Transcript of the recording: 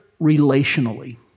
relationally